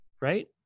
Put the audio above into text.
right